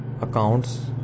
accounts